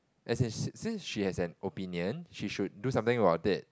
as in si~ since she has an opinion she should do something about it